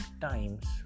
times